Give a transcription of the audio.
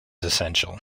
essential